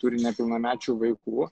turi nepilnamečių vaikų